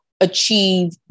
achieve